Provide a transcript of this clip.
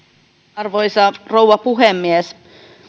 arvoisa rouva puhemies